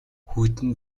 хүйтэн